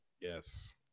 Yes